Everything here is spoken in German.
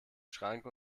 schrank